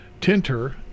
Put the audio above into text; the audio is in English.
Tinter